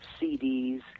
CDs